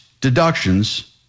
deductions